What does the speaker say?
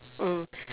mm